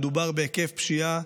מדובר בהיקף פשיעה,